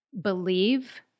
believe